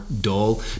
dull